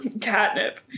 catnip